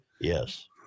Yes